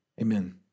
amen